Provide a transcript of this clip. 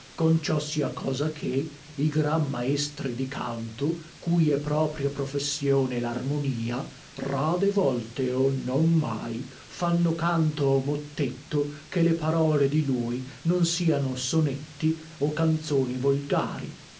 darchibusi conciosia cosa che i gran maestri di canto cui è propria professione larmonia rade volte o non mai fanno canto o mottetto che le parole di lui non siano sonetti o canzoni volgari